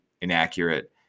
inaccurate